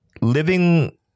living